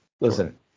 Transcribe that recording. Listen